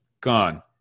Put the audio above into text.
Gone